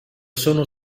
sono